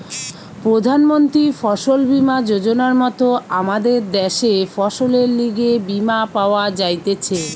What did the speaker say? প্রধান মন্ত্রী ফসল বীমা যোজনার মত আমদের দ্যাশে ফসলের লিগে বীমা পাওয়া যাইতেছে